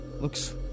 Looks